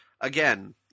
again